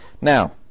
Now